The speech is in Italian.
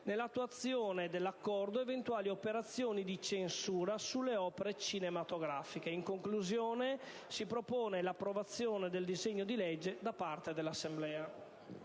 nell'attuazione dell'Accordo, eventuali operazioni di censura sulle opere cinematografiche. In conclusione, la Commissione propone l'approvazione del disegno di legge da parte dell'Assemblea.